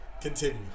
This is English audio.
Continue